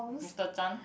Mister Chan